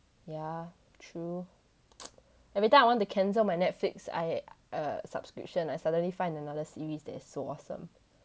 ya true every time I want to cancel my netflix err subscription I suddenly find another series that is so awesome